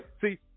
see